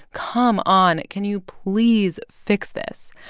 come on can you please fix this?